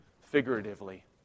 figuratively